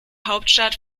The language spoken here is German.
hauptstadt